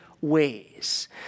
ways